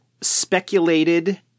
speculated